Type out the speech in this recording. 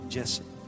Jesse